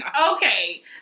Okay